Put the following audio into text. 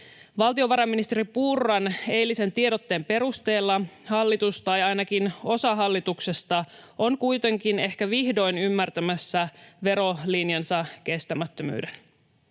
Valtiovarainministeri Purran eilisen tiedotteen perusteella hallitus, tai ainakin osa hallituksesta, on kuitenkin ehkä vihdoin ymmärtämässä verolinjansa kestämättömyyden.